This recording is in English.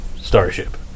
starship